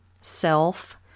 Self